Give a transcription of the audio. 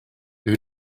who